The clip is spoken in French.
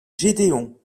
gédéon